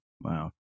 Wow